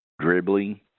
dribbling